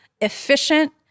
efficient